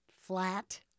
flat